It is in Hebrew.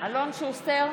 אלון שוסטר,